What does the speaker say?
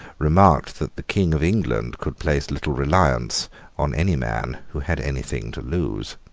remarked that the king of england could place little reliance on any man who had any thing to lose.